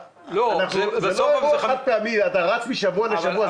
זה לא אירוע חד-פעמי ואתה רץ משבוע לשבוע.